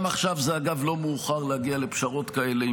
גם עכשיו זה לא מאוחר להגיע לפשרות כאלה,